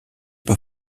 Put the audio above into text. pas